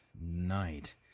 night